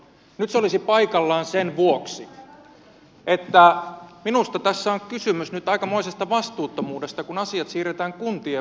nyt se olisi paikallaan sen vuoksi että minusta tässä on kysymys nyt aikamoisesta vastuuttomuudesta kun asiat siirretään kuntien vastuulle